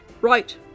Right